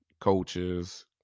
coaches